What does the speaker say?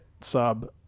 sub